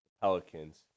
Pelicans